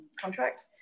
contract